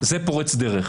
זה פורץ דרך.